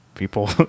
People